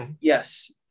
yes